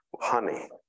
honey